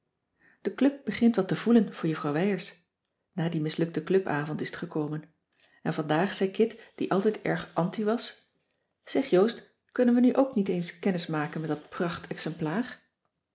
de club begint wat te voelen voor juffrouw wijers na dien mislukten clubavond is t gekomen en vandaag zei kit die altijd erg anti was zeg joost kunnen we nu ook niet eens kennismaken met dat prachtexemplaar